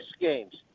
games